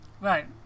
right